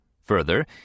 Further